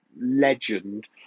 legend